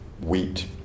wheat